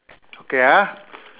okay ah